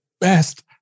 best